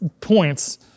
points